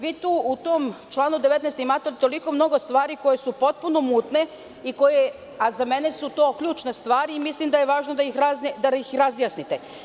Vi tu u tom članu 19. imate toliko mnogo stvari koje su potpuno mutne, a za mene su to ključne stvari, i mislim da je važno da ih razjasnite.